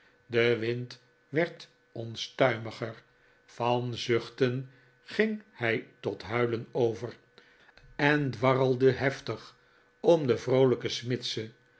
de wind werd onstuimiger van zuchten ging hij tot huilen over en dwarrelde heftig om de vrot lijke smidse